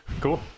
Cool